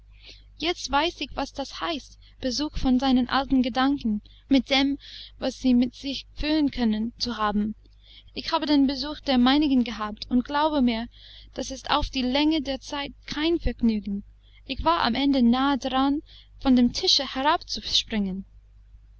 jetzt weiß ich was das heißt besuch von seinen alten gedanken mit dem was sie mit sich führen können zu haben ich habe den besuch der meinigen gehabt und glaube mir das ist auf die länge der zeit kein vergnügen ich war am ende nahe daran von dem tische